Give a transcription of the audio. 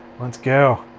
let's go.